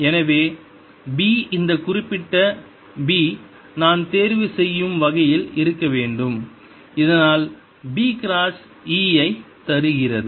எனவே B இந்த குறிப்பிட்ட B நான் தேர்வு செய்யும் வகையில் இருக்க வேண்டும் இதனால் B கிராஸ் E i தருகிறது